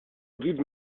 guide